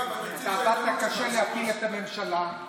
עבדת קשה להפיל את הממשלה,